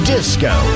Disco